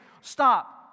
Stop